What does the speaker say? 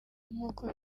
nk’uko